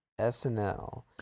SNL